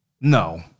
No